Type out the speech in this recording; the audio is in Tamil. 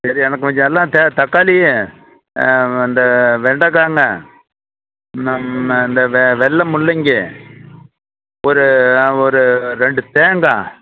சரி எனக்கு கொஞ்சம் எல்லாம் தக்காளி ஆ இந்த வெண்டைக்கால நம்ம இந்த வெள்ளை முள்ளங்கி ஒரு ஒரு ரெண்டு தேங்காய்